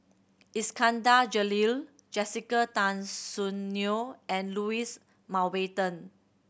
Iskandar Jalil Jessica Tan Soon Neo and Louis Mountbatten